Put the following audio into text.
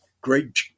great